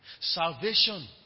salvation